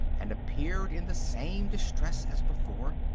and appeared in the same distress as before.